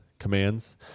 commands